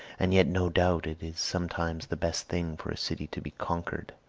and yet no doubt it is sometimes the best thing for a city to be conquered,